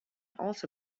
also